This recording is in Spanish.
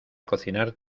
cocinar